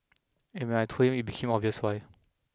and when I told him it became obvious why